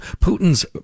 putin's